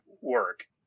work